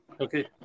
okay